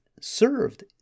served